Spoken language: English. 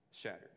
shattered